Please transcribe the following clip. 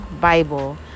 bible